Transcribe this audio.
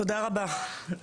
תודה רבה,